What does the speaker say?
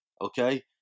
okay